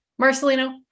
Marcelino